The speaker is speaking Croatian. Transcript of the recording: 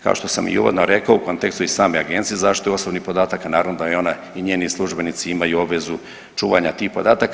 Kao što sam i uvodno rekao u kontekstu i same Agencije za zaštitu osobnih podataka naravno da i ona i njezini službenici imaju obvezu čuvanja tih podataka.